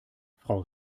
frau